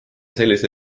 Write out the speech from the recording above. sellise